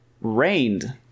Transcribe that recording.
rained